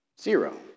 Zero